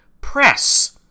Press